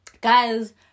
guys